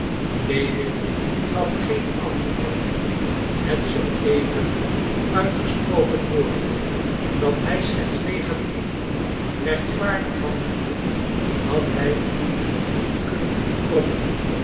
lewin gaf geen antwoord het zooeven uitgesproken woord dat hij slechts negatief rechtvaardig handelde had hij nog niet kunnen verkroppen